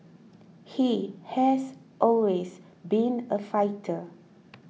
he has always been a fighter